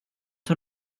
har